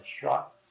shot